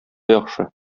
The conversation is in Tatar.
яхшы